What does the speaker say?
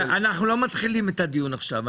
אנחנו לא מתחילים את הדיון עכשיו,